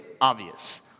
obvious